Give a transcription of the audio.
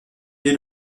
dès